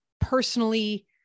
personally